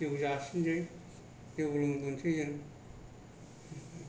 जौ जासिनोसै जौ लोंबोनोसै जों